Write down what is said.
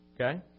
Okay